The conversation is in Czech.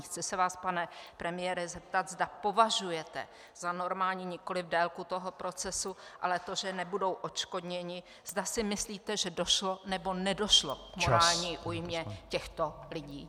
Chci se vás, pane premiére, zeptat, zda považujete za normální nikoli délku toho procesu, ale to, že nebudou odškodněni, zda si myslíte, že došlo, nebo nedošlo k morální újmě těchto lidí.